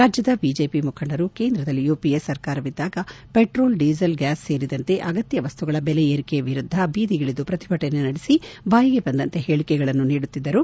ರಾಜ್ವದ ಬಿಜೆಪಿ ಮುಖಂಡರು ಕೇಂದ್ರದಲ್ಲಿ ಯುಪಿಎ ಸರ್ಕಾರವಿದ್ದಾಗ ಪೆಟ್ರೋಲ್ ಡೀಸೆಲ್ ಗ್ಯಾಸ್ ಸೇರಿದಂತೆ ಅಗತ್ಯ ವಸ್ತುಗಳ ದೆಲೆ ಏರಿಕೆ ವಿರುದ್ಧ ಬೀದಿಗಿಳಿದು ಪ್ರತಿಭಟನೆ ನಡೆಸಿ ಬಾಯಿಗೆ ಬಂದಂತೆ ಹೇಳಿಕೆಗಳನ್ನು ನೀಡುತ್ತಿದ್ದರು